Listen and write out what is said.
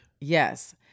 Yes